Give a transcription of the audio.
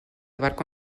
barco